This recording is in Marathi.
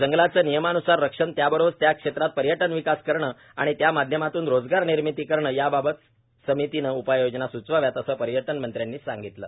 जंगलाचे नियमानुसार रक्षण त्याबरोबरच त्या क्षेत्रात पर्यटन विकास करणं आणि त्या माध्यमातून रोजगारनिर्मिती करणं याबाबत समितीनं उपाययोजना सूचवाव्यात असं पर्यटनमंत्र्यांनी सांगितलं